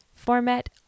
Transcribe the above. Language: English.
format